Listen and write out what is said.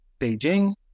Beijing